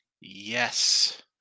Yes